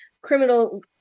criminal